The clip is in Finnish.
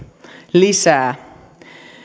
lisää